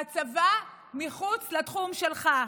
הצבא מחוץ לתחום שלך.